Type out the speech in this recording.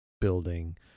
building